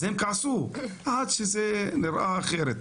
אז הם כעסו, עד שזה נראה אחרת.